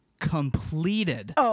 completed